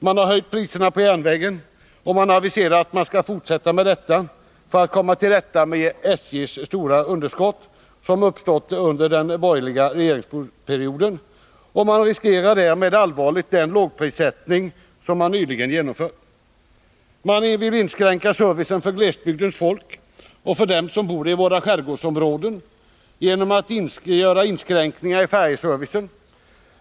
Man har höjt priserna på järnvägen, och man aviserar att man skall fortsätta med detta för att komma till rätta med SJ:s stora underskott, som uppstått under den borgerliga regeringsperioden. Man riskerar därmed allvarligt den lågprissättning som man nyligen genomfört. Man vill inskränka servicen för glesbygdens folk och för dem som bor i våra skärgårdsområden genom att göra inskränkningar i färjeservicen.